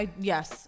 Yes